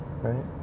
right